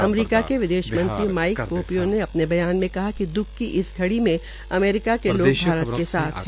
अमरीका के विदेश मंत्री माईक पोपियो ने अपने ब्यान में कहा कि द्ःख की इस घड़ी में अमेरिका के लोग भारत के साथ है